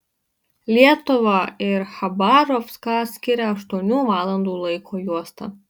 lietuvą ir chabarovską skiria aštuonių valandų laiko juosta